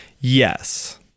Yes